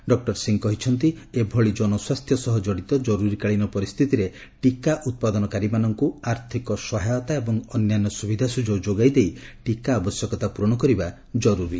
doctor Singh କହିଛନ୍ତି ଏଭଳି ଜନସ୍ୱାସ୍ଥ୍ୟ ସହ ଜଡ଼ିତ ଜରୁରୀକାଳୀନ ପରିସ୍ଥିତିରେ ଟିକା ଉତ୍ପାଦନକାରୀମାନଙ୍କୁ ଆର୍ଥିକ ସହାୟତା ଏବଂ ଅନ୍ୟାନ୍ୟ ସୁବିଧା ସୁଯୋଗ ଯୋଗାଇ ଦେଇ ଟିକା ଆବଶ୍ୟକତା ପ୍ରରଣ କରିବା ଜରୁରୀ